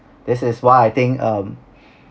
this is why I think um